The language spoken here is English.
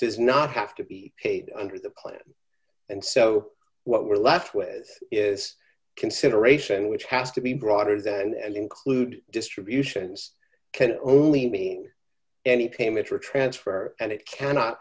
does not have to be paid under the plan and so what we're left with is consideration which has to be broader than and include distributions can only mean any payment or a transfer and it cannot